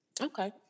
okay